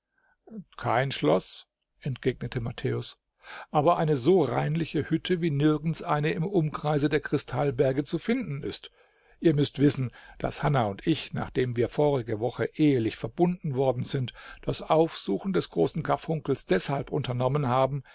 kein schloß entgegnete matthäus aber eine so reinliche hütte wie nirgends eine im umkreise der kristallberge zu finden ist ihr müßt wissen daß hanna und ich nachdem wir vorige woche ehelich verbunden worden sind das aufsuchen des großen karfunkels deshalb unternommen haben